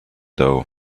doe